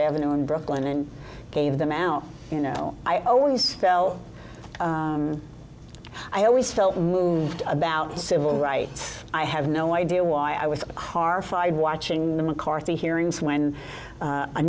avenue in brooklyn and gave them out you know i always tell i always felt about civil rights i have no idea why i was horrified watching the mccarthy hearings when